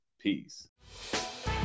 peace